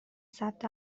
ثبت